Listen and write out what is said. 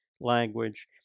language